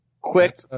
Quick